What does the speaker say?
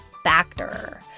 Factor